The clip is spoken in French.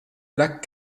lac